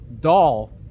doll